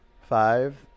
five